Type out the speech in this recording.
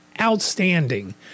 outstanding